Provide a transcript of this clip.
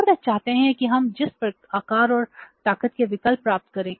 और वे चाहते हैं कि हम जिस आकार और ताकत के विकल्प प्राप्त करें